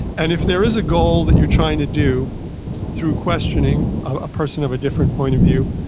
and if there is a goal that you're trying to do through questioning a person of a different point of view,